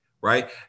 right